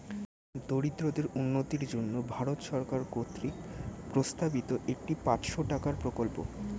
দরিদ্রদের উন্নতির জন্য ভারত সরকার কর্তৃক প্রস্তাবিত একটি পাঁচশো টাকার প্রকল্প